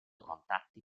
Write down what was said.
contatti